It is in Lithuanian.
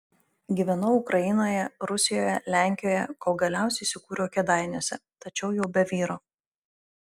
gyvenau ukrainoje rusijoje lenkijoje kol galiausiai įsikūriau kėdainiuose tačiau jau be vyro